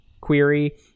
query